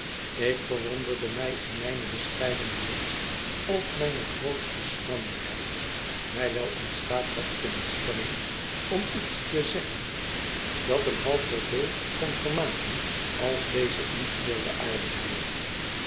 ik verwonderde mij in mijne bescheidenheid of mijne grootste schranderheid mij wel in staat had kunnen stellen om iets te zeggen dat hem half zooveel kon vermaken als deze ingebeelde aardigheid